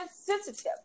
sensitive